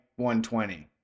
120